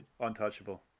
untouchable